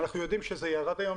אנחנו יודעים שזה ירד היום,